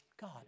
God